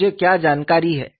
मुझे क्या जानकारी है